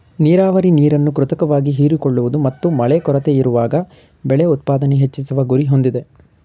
ನೀರಾವರಿ ನೀರನ್ನು ಕೃತಕವಾಗಿ ಹೀರಿಕೊಳ್ಳುವುದು ಮತ್ತು ಮಳೆ ಕೊರತೆಯಿರುವಾಗ ಬೆಳೆ ಉತ್ಪಾದನೆ ಹೆಚ್ಚಿಸುವ ಗುರಿ ಹೊಂದಿದೆ